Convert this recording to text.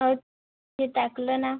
हं ते टाकलं ना